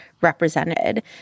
represented